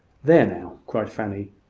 there, now! cried fanny,